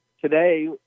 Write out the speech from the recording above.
Today